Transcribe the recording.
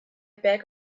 beg